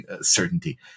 certainty